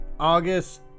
August